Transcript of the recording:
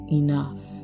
enough